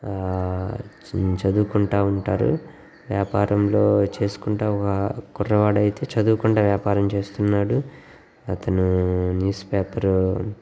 చదువుకుంటూ ఉంటారు వ్యాపారంలో చేసుకుంటూ ఒక కుర్రాడు వాడు అయితే చదువుకుంటూ వ్యాపారం చేస్తున్నాడు అతను న్యూస్ పేపర్